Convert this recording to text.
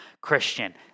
Christian